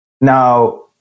Now